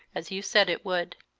as you said it would.